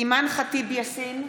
אימאן ח'טיב יאסין,